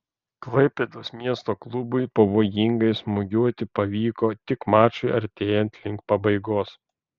klaipėdos miesto klubui pavojingai smūgiuoti pavyko tik mačui artėjant link pabaigos